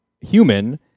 human